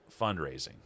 fundraising